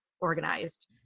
organized